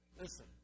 Listen